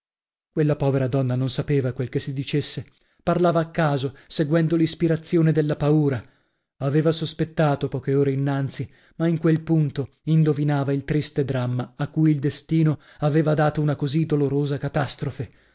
quella povera donna non sapeva quel che si dicesse parlava a caso seguendo l'ispirazione della paura aveva sospettato poche ore innanzi ma in quel punto indovinava il triste dramma a cui il destino aveva data una così dolorosa catastrofe